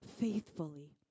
faithfully